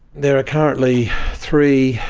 there are currently three,